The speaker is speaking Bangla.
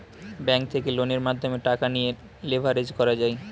ব্যাঙ্ক থেকে লোনের মাধ্যমে টাকা নিয়ে লেভারেজ করা যায়